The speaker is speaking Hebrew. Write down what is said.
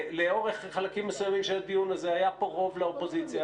לאורך חלקים מסוימים של הדיון הזה היה פה רוב לאופוזיציה,